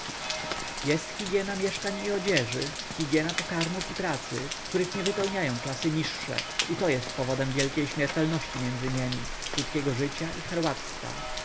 jest hygiena mieszkań i odzieży hygiena pokarmów i pracy których nie wypełniają klasy niższe i to jest powodem wielkiej śmiertelności między niemi krótkiego życia i